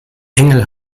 engel